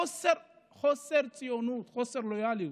חוסר ציונות, חוסר לויאליות.